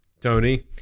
Tony